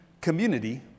community